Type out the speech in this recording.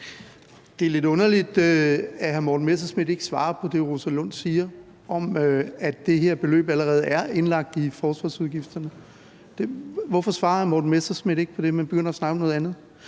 Det er lidt underligt, at hr. Morten Messerschmidt ikke svarer på det, fru Rosa Lund siger, om, at det her beløb allerede er indlagt i forsvarsudgifterne. Hvorfor svarer hr. Morten Messerschmidt ikke på det, men begynder at snakke om noget andet?